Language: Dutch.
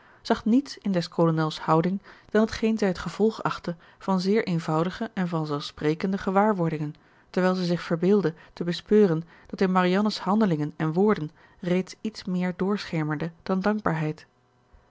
zag niets in des kolonels houding dan t geen zij het gevolg achtte van zeer eenvoudige en vanzelfsprekende gewaarwordingen terwijl zij zich verbeeldde te bespeuren dat in marianne's handelingen en woorden reeds iets meer doorschemerde dan dankbaarheid